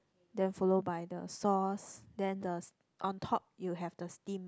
then follow by the sauce then the on top you have the steam